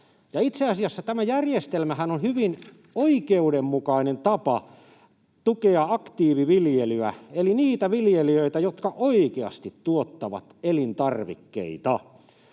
itse asiassa on hyvin oikeudenmukainen tapa tukea aktiiviviljelyä eli niitä viljelijöitä, jotka oikeasti tuottavat elintarvikkeita.